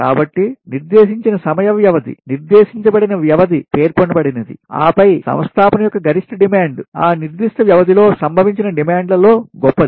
కాబట్టి నిర్దేశించిన సమయ వ్యవధి నిర్దేశించబడిన వ్యవధి పేర్కొనబడింది ఆపై సంస్థాపన యొక్క గరిష్ట డిమాండ్ ఆ నిర్దిష్ట వ్యవధిలో సంభవించిన డిమాండ్లలో గొప్పది